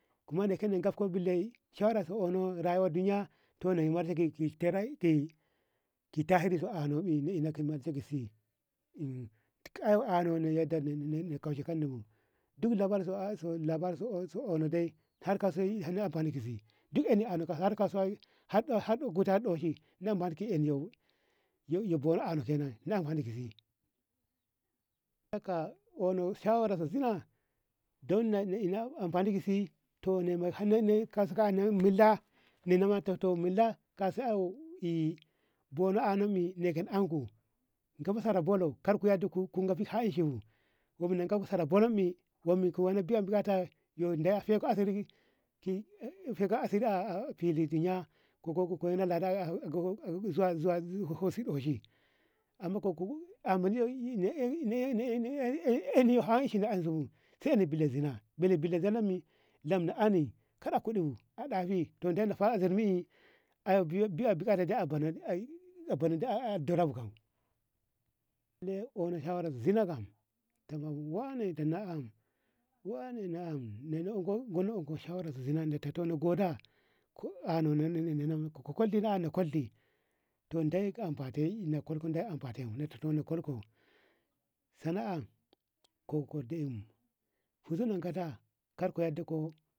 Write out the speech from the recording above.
kuma no na gafko bulle shawara sa unno rayuwa wa duniya to ne marshe kisi tara duk ana na yadda aka ni kolshi konni bu duk labari su a so labarisu anode har ka syi anfani ka si duk yanni aka ano har kasuwa har goti har ɗoshi na marki yanni boni kasi aka ono shawara zina don na ina amfanni kasi to na me kasi mila mila kaso abo ami ango ka ba sara bullo ka ku yadda ku biske hahinci kun we ko biyan bukata yu daya faka asir faka asir a filin diya zuwa doshi amman eu in ko hahinci ma zeu sai na bele zina bele zina min lamna ani kada kudum a ɗa bi ma biya buka bi bonnu ey darafakan bono ono shara zina da wane na'am wane na'am gonno onko shawara zina na to nagode no no na kuldi ba na kuldi to de kulku de amfaneko sana'a ko kordi alim sana'a ko ko deko fusu nudkha kar koya diko